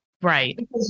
Right